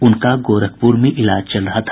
उनका गोरखपुर में इलाज चल रहा था